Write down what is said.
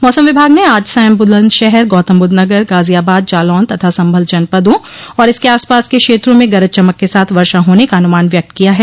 मौसम विभाग ने आज सांय बुलन्दशहर गौतमबुद्ध नगर गाजियाबाद जालौन तथा संभल जनपदों और इसके आसपास के क्षेत्रों में गरज चमक के साथ वर्षा होने का अनुमान व्यक्त किया है